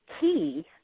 key